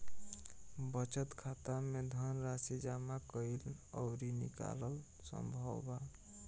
बचत खाता में धनराशि जामा कईल अउरी निकालल संभव बा